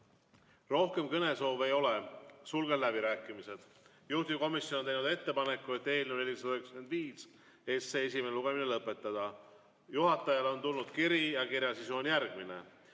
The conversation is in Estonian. Rohkem kõnesoove ei ole, sulgen läbirääkimised. Juhtivkomisjon on teinud ettepaneku eelnõu 495 esimene lugemine lõpetada. Juhatajale on tulnud kiri ja kirja sisu on eelnõu